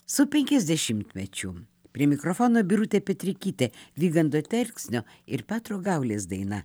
su penkiasdešimtmečiu prie mikrofono birutė petrikytė vygando telksnio ir petro gaulės daina